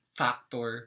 factor